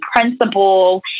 principal